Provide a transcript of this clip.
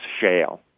shale